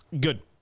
Good